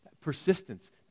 Persistence